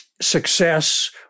success